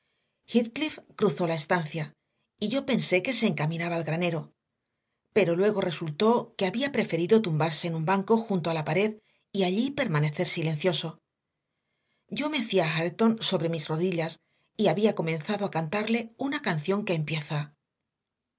heathcliff cruzó la estancia y yo pensé que se encaminaba al granero pero luego resultó que había preferido tumbarse en un banco junto a la pared y allí permanecer silencioso yo mecía a hareton sobre mis rodillas y había comenzado a cantarle una canción que empieza